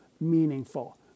meaningful